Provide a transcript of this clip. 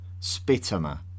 Spitama